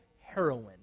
heroin